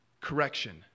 correction